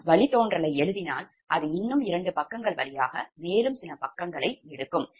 நான் வழித்தோன்றலை எழுதினால் அது இன்னும் 2 பக்கங்கள் வழியாக இன்னும் சில பக்கங்களை எடுக்கும்